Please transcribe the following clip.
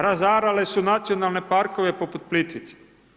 Razarale su nacionalne parkove poput Plitvica.